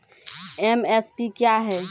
MSP क्या है?